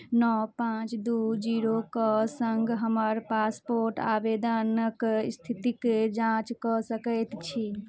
नओ पाँच दू जीरोके सङ्ग हमर पासपोर्ट आवेदनक स्थितिक जाँच कऽ सकैत छी